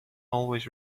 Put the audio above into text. always